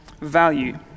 value